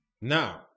Now